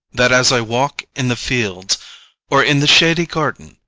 that as i walk in the fields or in the shady garden,